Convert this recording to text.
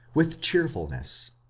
with cheerfulness.